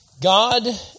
God